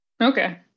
Okay